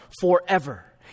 forever